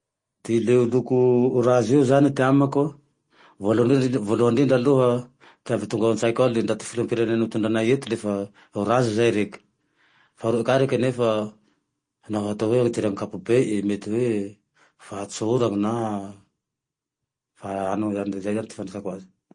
Ty loko orange io zane ty amako voalohany indrindra aloha ty avy tonga antsaiko ao le ndaty filohampirenena mitondra anay eto le fa courage zay reke, faharoa ka reke nefa naho hatao hoe idirany amy ankampobey mety hoe fahatsorany na fa nao zay zane ty fandraisako aze.